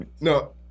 No